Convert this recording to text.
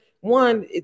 one